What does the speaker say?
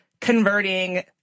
converting